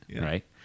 right